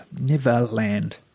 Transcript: Neverland